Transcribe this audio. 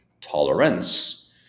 tolerance